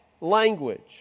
language